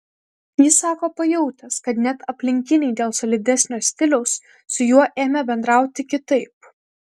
jis sako pajautęs kad net aplinkiniai dėl solidesnio stiliaus su juo ėmė bendrauti kitaip